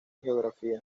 geografía